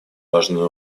важный